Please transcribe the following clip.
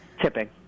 Tipping